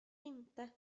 inte